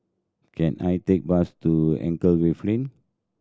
can I take bus to Anchorvale Lane